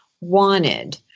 wanted